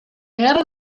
guerra